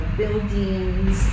buildings